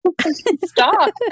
stop